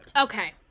okay